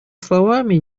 словами